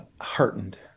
heartened